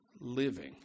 living